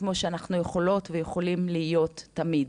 כמו שאנחנו יכולות ויכולים להיות תמיד.